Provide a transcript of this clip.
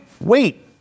wait